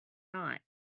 not